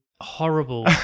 horrible